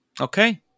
Okay